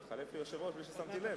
התחלף יושב-ראש, בלי ששמתי לב.